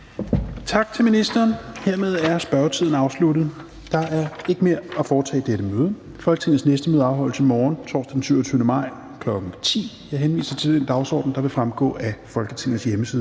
Tredje næstformand (Rasmus Helveg Petersen): Der er ikke mere at foretage i dette møde. Folketingets næste møde afholdes i morgen, torsdag den 27. maj 2021, kl. 10.00. Jeg henviser til den dagsorden, der vil fremgå af Folketingets hjemmeside.